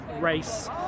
race